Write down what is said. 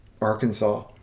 Arkansas